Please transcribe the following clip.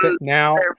Now